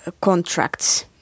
contracts